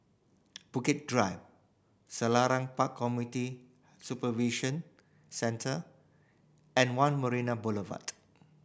Bukit Drive Selarang Park Community Supervision Centre and One Marina Boulevard